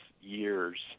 years